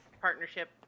partnership